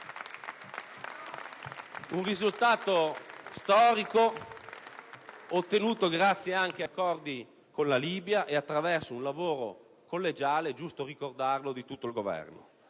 Un risultato storico ottenuto grazie anche agli accordi con la Libia e attraverso un lavoro collegiale - è giusto ricordarlo - di tutto il Governo.